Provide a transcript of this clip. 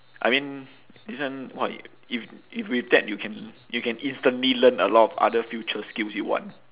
I mean this one what if if with that you can you can instantly learn a lot of other future skills you want